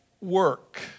work